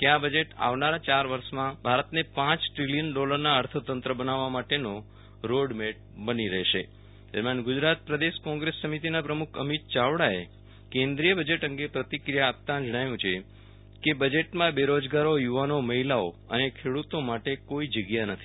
કે આ બજેટ આવનારા ચાર વર્ષમાં ભારતને પાંચ દ્રીલીયન ડોલરના અર્થતંત્ર બનાવવા માટેનો રોડમેપ બની રહેશે દરમિયાન ગુજરાત પ્રદેશ કોંગ્રેસ સમિતિના પ્રમુખ અમિત ચાવડાએ કેન્દ્રીય બજેટ અંગે પ્રતિક્રિયા આપતા જણાવ્યુ છે કે બજેટમાં બેરોજગારોયુ વાનોમહિલાઓ અને ખેડુ તો માટે કોઈ જગ્યા નથી